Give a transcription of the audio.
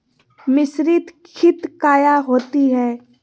मिसरीत खित काया होती है?